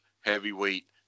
heavyweight